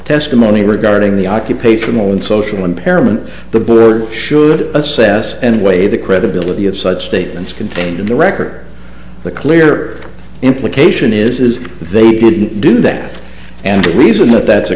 testimony regarding the occupational and social impairment the burden should assess and weigh the credibility of such statements contained in the record the clear implication is that they didn't do that and the reason that